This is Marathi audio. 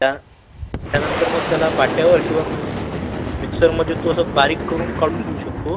ता त्यानंतर मग त्याला पाट्यावर किंवा मि मिक्सरमधे तू असं बारीक करून काढून घेऊ शकतो